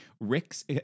rick's